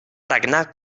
regnar